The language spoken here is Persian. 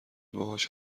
باهاش